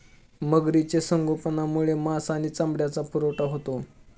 मगरीचे संगोपनामुळे मांस आणि चामड्याचा पुरवठा होतो